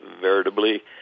veritably